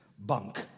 Bunk